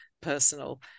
personal